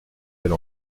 elle